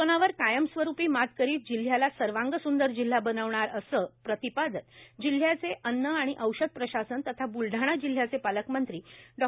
corona कायमस्वरूपी मात करीत जिल्ह्याला सर्वांग स्ंदर जिल्हा बनविणार असे प्रतीपादन राज्याचे अन्न आणि औषध प्रशासन तथा ब्लढाणा जिल्ह्याचे पालकमंत्री डॉ